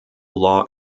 law